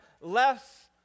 less